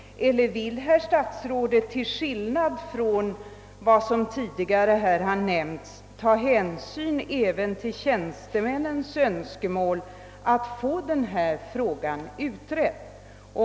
Vill herr statsrådet, till skillnad från vad som tidigare sagts, ta hänsyn även till tjänstemännens önskemål att få denna fråga utredd?